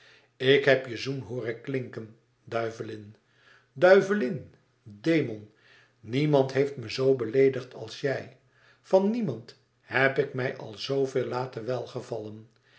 ik heb je zoen hooren klinken duivelin duivelin demon niemand heeft me zoo beleedigd als jij van niemand heb ik mij al zooveel laten welgevallen